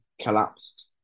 collapsed